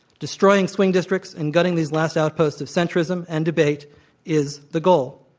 destroying swing districts and gutting these last outposts of centrism and debate is the goal.